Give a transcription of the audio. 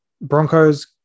Broncos